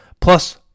Plus